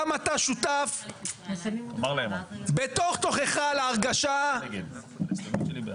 גם אתה שותף בתוך תוכך להרגשה המשותפת,